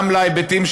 גם להיבטים,